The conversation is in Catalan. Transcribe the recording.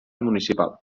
municipal